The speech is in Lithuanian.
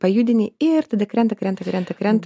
pajudini ir tada krenta krenta krenta krenta